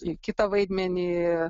į kitą vaidmenį